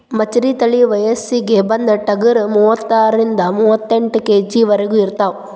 ಮೆಚರಿ ತಳಿ ವಯಸ್ಸಿಗೆ ಬಂದ ಟಗರ ಮೂವತ್ತಾರರಿಂದ ಮೂವತ್ತೆಂಟ ಕೆ.ಜಿ ವರೆಗು ಇರತಾವ